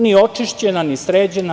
Nije očišćena ni sređena.